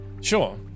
Sure